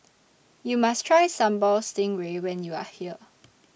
YOU must Try Sambal Stingray when YOU Are here